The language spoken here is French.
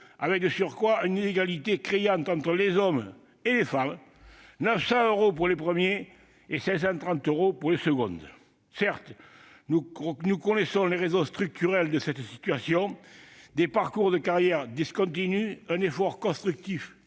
il existait une inégalité criante entre les hommes et les femmes : 900 euros pour les premiers et 530 euros pour les secondes. Certes, nous connaissons les raisons structurelles de cette situation : des parcours de carrière discontinus, un effort contributif